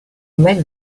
made